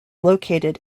located